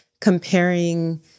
comparing